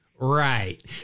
Right